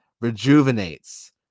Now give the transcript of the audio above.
rejuvenates